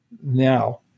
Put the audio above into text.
now